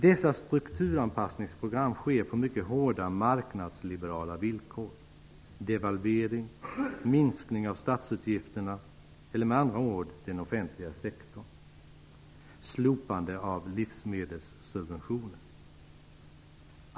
Dessa strukturanpassningsprogram sker på mycket hårda marknadsliberala villkor -- devalvering, minskning av statsutgifterna eller med andra ord den offentliga sektorn, slopande av livsmedelssubventioner.